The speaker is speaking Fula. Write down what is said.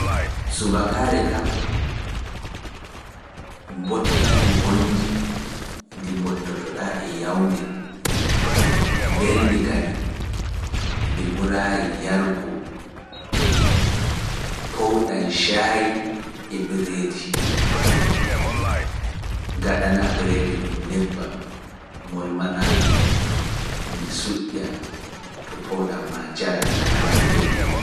Subakaari kam mbottaari bonndi ndi mbottoto ɗaa e yawndi, mbelndi kadi ndi ɓuraa yargu, powɗan ca bereedi ɗum nebbam, mulmana ɗum nebbam, suƴƴa to powɗam maa, njara, a nanaay belɗum.